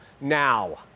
now